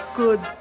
good